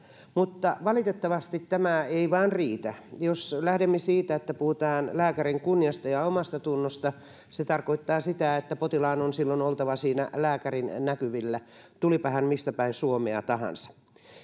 mutta valitettavasti tämä ei vain riitä jos lähdemme siitä että puhutaan lääkärin kunniasta ja omastatunnosta se tarkoittaa sitä että potilaan on silloin oltava siinä lääkärin näkyvillä tulipa hän mistäpäin suomea tahansa